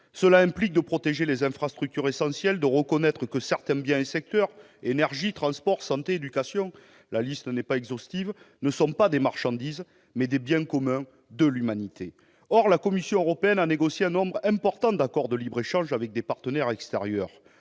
Cela implique de protéger les infrastructures essentielles, de reconnaître que certains biens et secteurs- énergie, transport, santé, éducation, la liste n'est pas exhaustive -sont non pas des marchandises, mais des biens communs de l'humanité. Or la Commission européenne a négocié un nombre important d'accords de libre-échange avec des partenaires extérieurs.